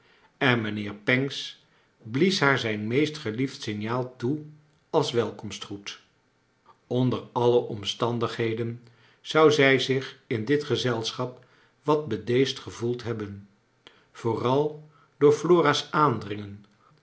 en mijnheer pancks blies haar zijn meest geliefd signaai toe als welkomstgroet onder alle ornstandigheden zon zij zich in dit gezelschap wat bedeesd gevoeld hebben vooral door flora's aandringen